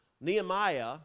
Nehemiah